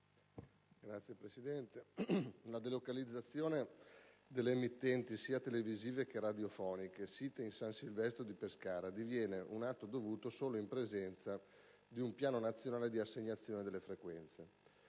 Signor Presidente, la delocalizzazione delle emittenti, sia televisive che radiofoniche, site in San Silvestro di Pescara diviene un atto dovuto solo in presenza di un piano nazionale di assegnazione delle frequenze